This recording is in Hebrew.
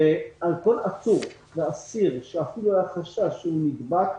הוצאנו החוצה כל עצור ואסיר שאפילו היה חשש שהוא נדבק.